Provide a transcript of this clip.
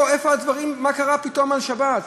מה קרה פתאום, על שבת?